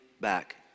back